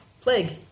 plague